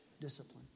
discipline